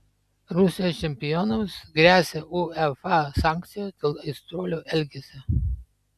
rusijos čempionams gresia uefa sankcijos dėl aistruolių elgesio